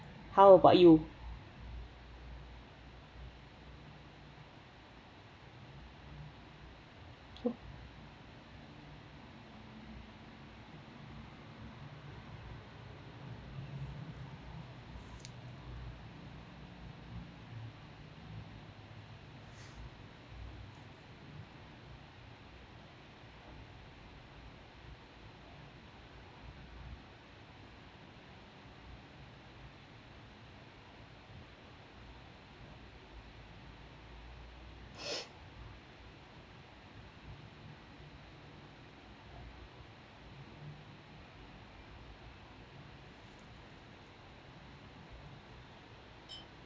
how about you